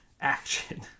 action